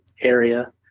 area